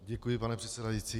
Děkuji, pane předsedající.